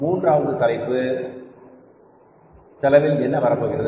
மூன்றாவது தலைப்பு செலவில் என்ன வரப்போகிறது